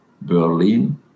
Berlin